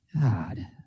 God